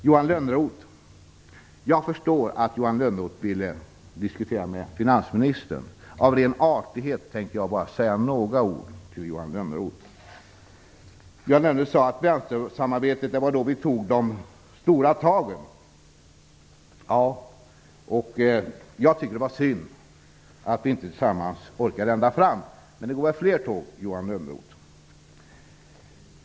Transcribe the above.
Jag förstår att Johan Lönnroth hade velat diskutera med finansministern. Av ren artighet tänker jag bara säga några ord till Johan Lönnroth. Johan Lönnroth sade att det var under vänstersamarbetet som vi tog de stora tagen. Jag tycker att det var synd att vi inte tillsammans orkade ända fram. Men det går väl fler tåg, Johan Lönnroth.